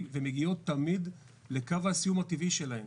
ומגיעות תמיד לקו הסיום הטבעי שלהן,